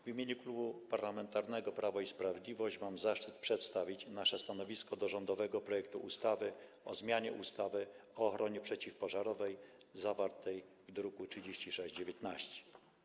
W imieniu Klubu Parlamentarnego Prawo i Sprawiedliwość mam zaszczyt przedstawić nasze stanowisko wobec rządowego projektu ustawy o zmianie ustawy o ochronie przeciwpożarowej, druk nr 3619.